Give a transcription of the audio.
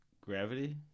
gravity